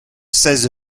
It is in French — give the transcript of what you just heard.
seize